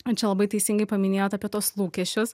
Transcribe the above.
ir čia labai teisingai paminėjot apie tuos lūkesčius